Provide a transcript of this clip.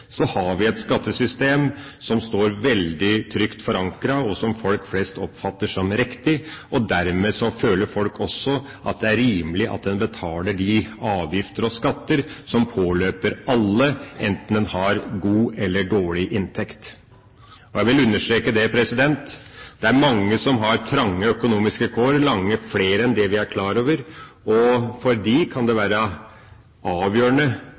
har vi et skattesystem som står veldig trygt forankret, og som folk flest oppfatter som riktig. Dermed føler folk også at det er rimelig at en betaler de avgifter og skatter som påløper alle, enten en har god eller dårlig inntekt. Jeg vil understreke at det er mange som har trange økonomiske kår, langt flere enn det vi er klar over. For disse kan det være avgjørende